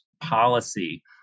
policy